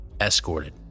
escorted